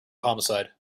homicide